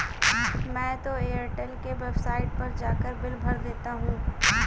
मैं तो एयरटेल के वेबसाइट पर जाकर बिल भर देता हूं